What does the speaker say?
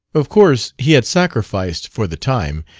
of course he had sacrificed, for the time,